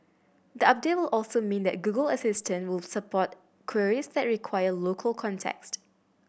the update will also mean that Google Assistant will support queries that require local context